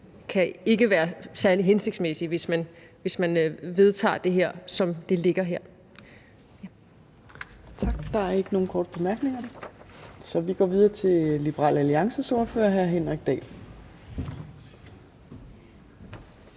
det ikke vil være særlig hensigtsmæssigt, hvis man vedtager det, som det ligger her.